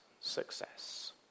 success